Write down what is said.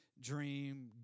dream